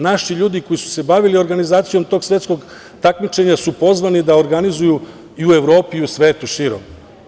Naši ljudi koji su se bavili organizacijom tog svetskog takmičenja su pozvani da organizuju i u Evropi i u svetu širom.